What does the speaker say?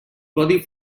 codi